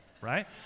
right